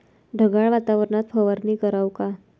ढगाळ वातावरनात फवारनी कराव का?